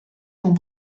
sont